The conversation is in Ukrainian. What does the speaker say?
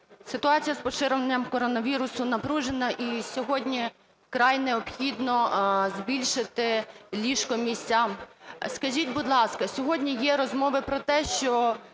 Ситуація з поширенням коронавірусу напружена, і сьогодні вкрай необхідно збільшити ліжко-місця. Скажіть, будь ласка, сьогодні є розмови про те, що